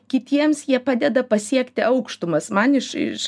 kitiems jie padeda pasiekti aukštumas man iš iš